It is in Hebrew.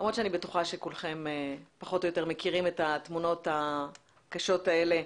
למרות שאני בטוחה שכולכם פחות או יותר מכירים את התמונות הקשות האלה.